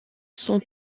sont